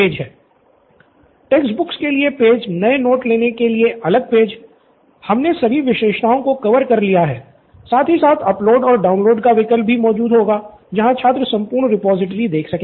student Nithin text books के लिए page नए नोट लेने के लिए एक अलग पेज हमने सभी विशेषताओं को कवर कर लिया है साथ ही साथ अपलोड और डाउनलोड का विकल्प भी मौजूद होगा जहाँ छात्र संपूर्ण रिपॉजिटरी देख सकेंगे